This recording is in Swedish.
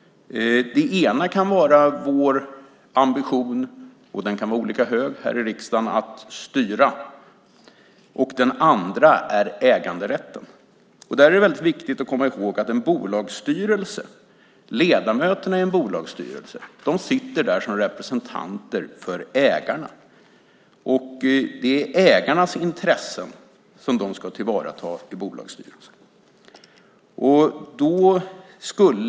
Den ena kan vara vår ambition, som kan vara olika hög här i riksdagen, att styra. Den andra är äganderätten. Där är det väldigt viktigt att komma ihåg att ledamöterna i en bolagsstyrelse sitter där som representanter för ägarna, och det är ägarnas intressen som de ska tillvarata i bolagsstyrelserna.